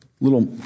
little